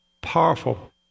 powerful